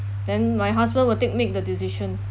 then my husband will take make the decision